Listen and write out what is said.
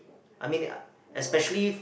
I mean I especially